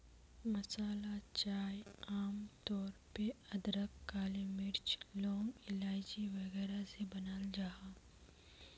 मसाला चाय आम तौर पे अदरक, काली मिर्च, लौंग, इलाइची वगैरह से बनाल जाहा